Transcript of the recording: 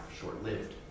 short-lived